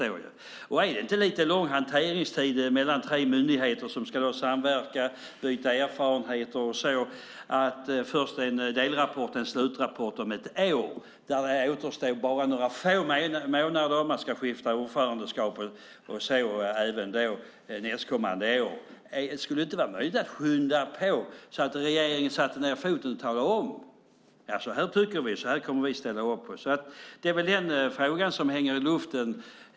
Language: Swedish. Är det inte fråga om lång hanteringstid mellan tre myndigheter som ska samverka, byta erfarenheter och så vidare att först lämna en delrapport för att sedan lämna en slutrapport om ett år? Det återstår bara några få månader, och även nästkommande år ska ordförandeskap skiftas. Är det inte möjligt att skynda på genom att regeringen sätter ned foten och talar om hur vi tycker och vad vi ställer upp på? Det är den frågan som hänger i luften.